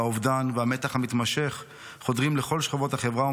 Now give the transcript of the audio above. האובדן והמתח המתמשך חודרים לכל שכבות החברה,